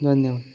धन्यवाद